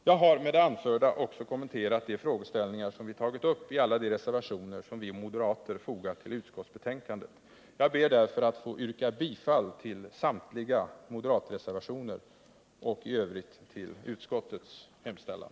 Jag har med det anförda också kommenterat de frågeställningar som vi tagit upp i de reservationer som vi moderater fogat till utskottsbetänkandet. Jag ber därför att få yrka bifall till samtliga moderatreservationer och i övrigt bifall till utskottets hemställan.